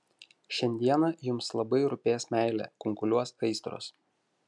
šiandieną jums labai rūpės meilė kunkuliuos aistros